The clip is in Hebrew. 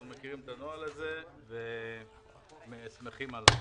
אנחנו מכירים את הנוהל הזה ושמחים עליו.